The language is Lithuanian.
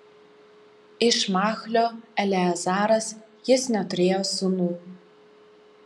iš machlio eleazaras jis neturėjo sūnų